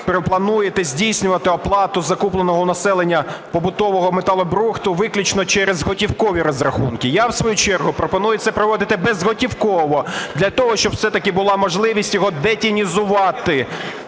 ви плануєте здійснювати оплату, закупленого у населення побутового металобрухту, виключно через готівкові розрахунки. Я в свою чергу пропоную це проводити безготівково для того, щоб все-таки була можливість його детінізувати.